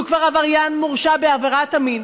שהוא כבר עבריין מורשע בעבירת המין,